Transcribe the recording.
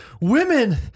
women